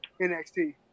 NXT